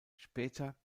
später